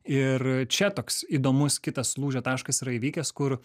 ir čia toks įdomus kitas lūžio taškas yra įvykęs kur